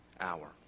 hour